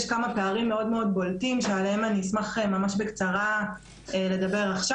יש כמה פערים מאוד מאוד בולטים שעליהם אני אשמח בקצרה לדבר עכשיו.